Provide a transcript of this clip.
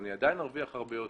אני עדיין ארוויח הרבה יותר.